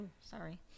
sorry